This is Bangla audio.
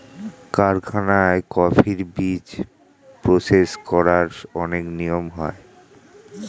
কারখানায় কফির বীজ প্রসেস করার অনেক নিয়ম হয়